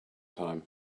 time